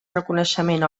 reconeixement